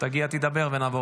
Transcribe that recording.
תגיע, תדבר ונעבור